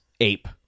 ape